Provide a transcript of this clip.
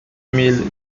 mille